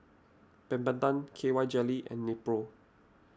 Peptamen K Y Jelly and Nepro